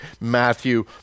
Matthew